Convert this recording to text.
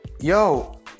Yo